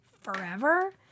forever